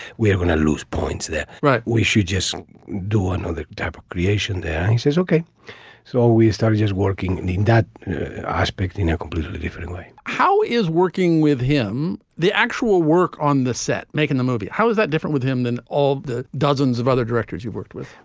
we're going to lose points there. right? we should just do one other type of creation that says, ok, so we started just working in that aspect in a completely different way how is working with him? the actual work on the set making the movie. how is that different with him than all the dozens of other directors you've worked with?